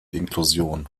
inklusion